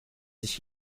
sich